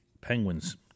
Penguins